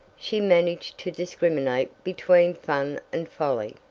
she managed to discriminate between fun and folly.